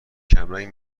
کمرنگ